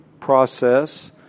process